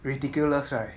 ridiculous right